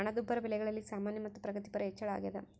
ಹಣದುಬ್ಬರ ಬೆಲೆಗಳಲ್ಲಿ ಸಾಮಾನ್ಯ ಮತ್ತು ಪ್ರಗತಿಪರ ಹೆಚ್ಚಳ ಅಗ್ಯಾದ